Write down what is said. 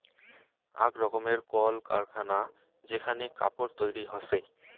আক রকমের কল কারখানা যেখানে কাপড় তৈরী হসে